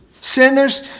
sinners